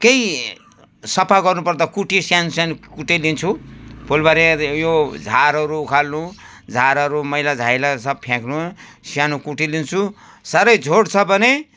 केही सफा गर्नुपर्दा कुटी सानोसानो कुटे लिन्छु फुलबारी यो झारहरू उखाल्नु झारहरू मैलाधैला सब फ्याँक्नु सानो कुटे लिन्छु साह्रै झोड छ भने